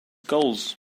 goals